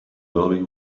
early